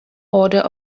order